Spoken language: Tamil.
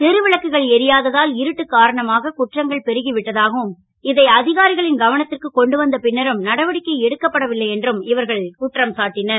தெரு விளக்குகள் எரியாததால் இருட்டு காரணமாக குற்றங்கள் பெருகி விட்டதாகவும் இது அ காரிகளின் கவத் ற்கு கொண்டு வந்த பின்னரும் நடவடிக்கை எடுக்கப்படவில்லை என்றும் இவர்கள் குற்றம் சாட்டினர்